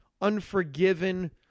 Unforgiven